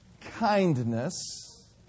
kindness